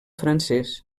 francès